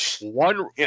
one